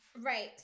right